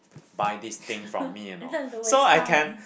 buy this thing from me or not so I can